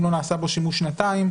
אם לא נעשה בו שימוש שנתיים,